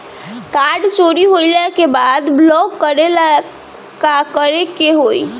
Card चोरी होइला के बाद ब्लॉक करेला का करे के होई?